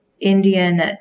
Indian